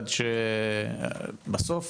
בסוף